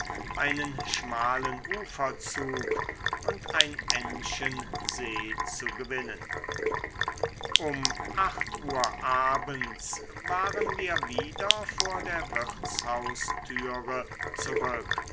einen schmalen uferzug und ein endchen see zu gewinnen um acht uhr abends waren wir wieder vor der wirtshaustüre zurück